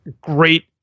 great